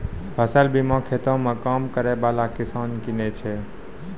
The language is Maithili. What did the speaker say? फसल बीमा खेतो मे काम करै बाला किसान किनै छै